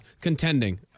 contending